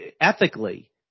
ethically